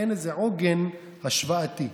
אין איזה עוגן השוואתי.